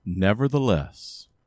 Nevertheless